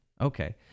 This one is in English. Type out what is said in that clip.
Okay